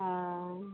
हँ